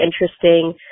interesting